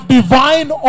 divine